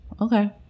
okay